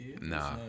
Nah